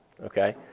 Okay